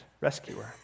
rescuer